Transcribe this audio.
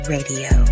Radio